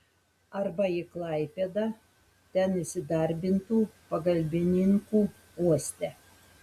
arba į klaipėdą ten įsidarbintų pagalbininku uoste